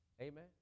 Amen